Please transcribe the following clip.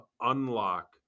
unlock